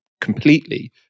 completely